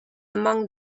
among